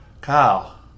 Kyle